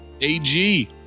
AG